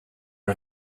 are